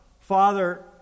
Father